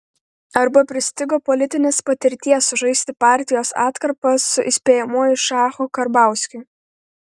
arba pristigo politinės patirties sužaisti partijos atkarpą su įspėjamuoju šachu karbauskiui